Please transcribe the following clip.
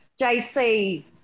JC